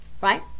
Right